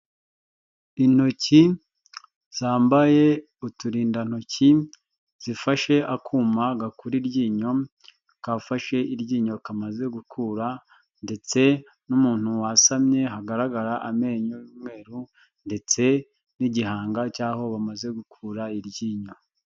Intoki zambaye uturindantoki zifashe akuma gakura iryinyo kafashe iryinyo kamaze gukura ndetse n'umuntu wasamye hagaragara amenyo y'umweru ndetse n'igihanga cy'aho bamaze gukura iryinyo.